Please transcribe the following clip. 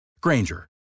Granger